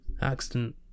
Accident